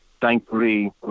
thankfully